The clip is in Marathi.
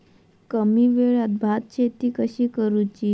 कमी वेळात भात शेती कशी करुची?